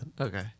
Okay